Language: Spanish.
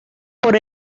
por